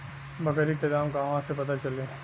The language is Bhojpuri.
बकरी के दाम कहवा से पता चली?